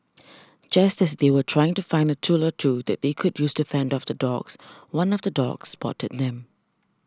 just as they were trying to find a tool or two that they could use to fend off the dogs one of the dogs spotted them